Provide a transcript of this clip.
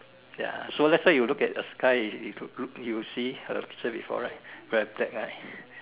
ya so that's why you look at the sky you look look you'll see a saw before right very black right